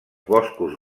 boscos